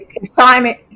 assignment